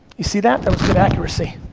you see that, that was good accuracy.